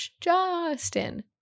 Justin